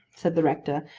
said the rector,